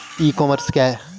ई commerce क्या है?